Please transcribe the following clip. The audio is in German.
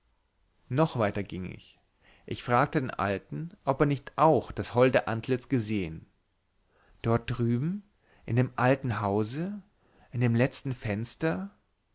noch weiter ging ich ich fragte den alten ob er nicht auch das holde antlitz gesehen dort drüben in dem alten hause in dem letzten fenster